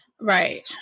Right